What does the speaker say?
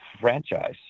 franchise